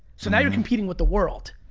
so now you're competing with the world.